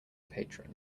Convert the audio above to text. patron